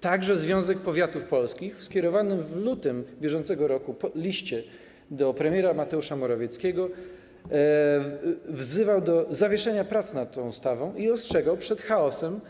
Także Związek Powiatów Polskich w skierowanym w lutym br. liście do premiera Mateusza Morawieckiego wzywał do zawieszenia prac nad tą ustawą i ostrzegał przed chaosem